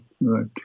right